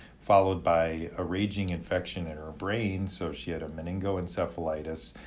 followed by a raging infection in her brain, so she had a meningoencephalitis.